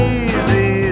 easy